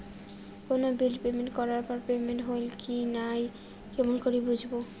কোনো bill payment করার পর পেমেন্ট হইল কি নাই কেমন করি বুঝবো?